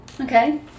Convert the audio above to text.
Okay